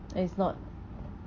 is not